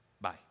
Bye